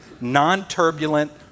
non-turbulent